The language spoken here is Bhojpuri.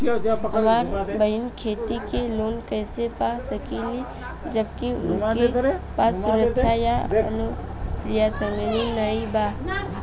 हमार बहिन खेती के लोन कईसे पा सकेली जबकि उनके पास सुरक्षा या अनुपरसांगिक नाई बा?